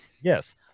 Yes